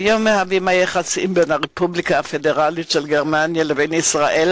היום היחסים בין הרפובליקה הפדרלית של גרמניה לבין ישראל